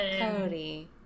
Cody